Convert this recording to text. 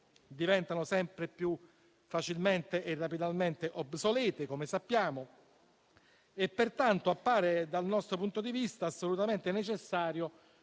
diventano sempre più facilmente e rapidamente obsolete, come sappiamo, e pertanto appare, dal nostro punto di vista, assolutamente necessario